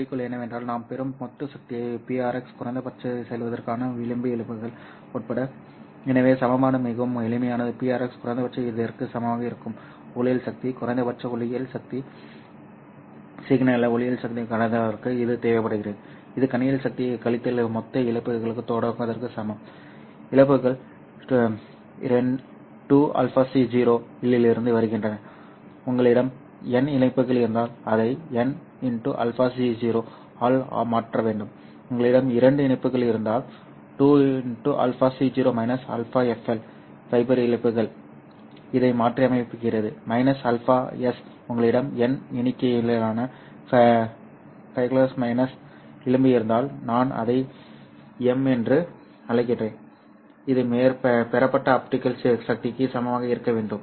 எனவே எனது குறிக்கோள் என்னவென்றால் நான் பெறும் மொத்த சக்தியை Prx குறைந்தபட்சத்திற்குச் செல்வதற்கான விளிம்பு இழப்புகள் உட்பட எனவே சமன்பாடு மிகவும் எளிமையானது Prx குறைந்தபட்சம் இதற்கு சமமாக இருக்கும் ஒளியியல் சக்தி குறைந்தபட்ச ஒளியியல் சக்தி ஒளியியல் சிக்னல்களைக் கண்டறிவதற்கு இது தேவைப்படுகிறது இது கணினியில் சக்தி கழித்தல் மொத்த இழப்புகளைத் தொடங்குவதற்கு சமம் இழப்புகள் 2αco இலிருந்து வருகின்றன உங்களிடம் n இணைப்பிகள் இருந்தால் அதை nαco ஆல் மாற்ற வேண்டும் உங்களிடம் இரண்டு இணைப்பிகள் இருந்தால் 2αco αfL ஃபைபர் இழப்புகள் இதை மாற்றியமைக்கிறது αs உங்களிடம் n எண்ணிக்கையிலான ஸ்ப்ளைஸ்கள் மைனஸ் விளிம்பு இருந்தால் நான் அதை எம் என்று அழைக்கிறேன்இது பெறப்பட்ட ஆப்டிகல் சக்திக்கு சமமாக இருக்க வேண்டும்